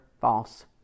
false